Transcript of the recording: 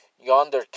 Yonder